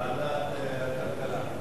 ועדת הכלכלה.